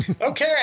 Okay